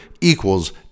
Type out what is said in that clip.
equals